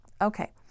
okay